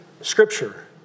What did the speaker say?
Scripture